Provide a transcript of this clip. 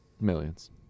Millions